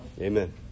Amen